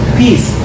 peace